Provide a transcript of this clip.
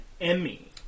Emmy